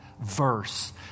verse